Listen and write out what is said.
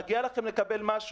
מגיע לכם לקבל משהו.